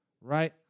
right